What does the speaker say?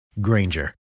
Granger